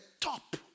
top